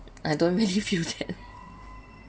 I don't really feel that